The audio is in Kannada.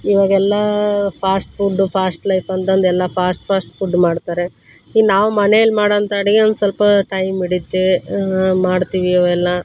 ಇವಾಗೆಲ್ಲ ಫಾಶ್ಟ್ ಫುಡ್ಡು ಫಾಶ್ಟ್ ಲೈಫ್ ಅಂತಂದು ಎಲ್ಲ ಫಾಶ್ಟ್ ಫಾಶ್ಟ್ ಫುಡ್ ಮಾಡ್ತಾರೆ ಈ ನಾವು ಮನೇಲಿ ಮಾಡೋಂತ ಅಡುಗೆ ಒಂದು ಸ್ವಲ್ಪ ಟೈಮ್ ಹಿಡಿಯುತ್ತೆ ಮಾಡ್ತೀವಿ ಅವೆಲ್ಲ